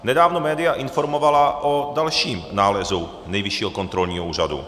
Nedávno média informovala o dalším nálezu Nejvyššího kontrolního úřadu.